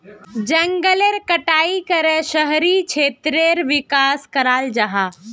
जनगलेर कटाई करे शहरी क्षेत्रेर विकास कराल जाहा